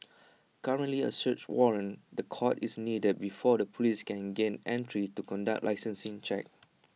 currently A search warrant the courts is needed before the Police can gain entry to conduct licensing checks